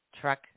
Truck